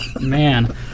Man